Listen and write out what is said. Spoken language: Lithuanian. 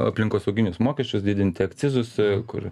aplinkosauginius mokesčius didinti akcizus a kurui